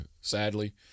sadly